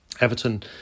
Everton